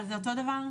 אבל זה אותו דבר.